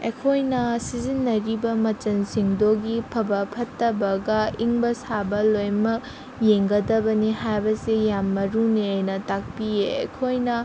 ꯑꯩꯈꯣꯏꯅ ꯁꯤꯖꯤꯟꯅꯔꯤꯕ ꯃꯆꯟꯁꯤꯡꯗꯨꯒꯤ ꯐꯕ ꯐꯠꯇꯕꯒ ꯏꯪꯕ ꯁꯥꯕ ꯂꯣꯏꯃꯛ ꯌꯦꯡꯒꯗꯕꯅꯦ ꯍꯥꯏꯕꯁꯦ ꯌꯥꯝ ꯃꯔꯨꯅꯦꯅ ꯇꯥꯛꯄꯤꯌꯦ ꯑꯩꯈꯣꯏꯅ